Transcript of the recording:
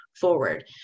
forward